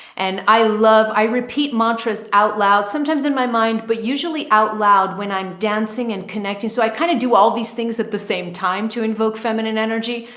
and i love, i repeat mantras out loud sometimes in my mind, but usually out loud when i'm dancing and connecting. so i kind of do all these things at the same time to invoke feminine energy.